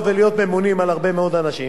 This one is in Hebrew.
המשכורת שלהם היתה 4,000 שקל.